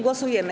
Głosujemy.